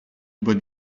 über